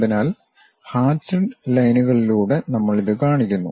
അതിനാൽ ഹാചിഡ് ലൈനുകളിലൂടെ നമ്മൾ ഇത് കാണിക്കുന്നു